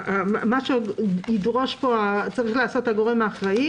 מה שצריך לעשות הגורם האחראי,